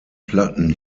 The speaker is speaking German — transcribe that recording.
platten